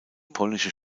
polnische